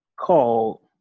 called